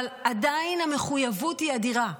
אבל עדיין המחויבות היא אדירה.